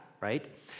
right